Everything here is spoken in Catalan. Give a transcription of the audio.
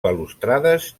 balustrades